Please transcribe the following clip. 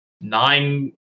nine